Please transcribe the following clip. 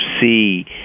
see